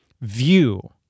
view